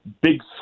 big